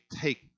take